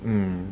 mm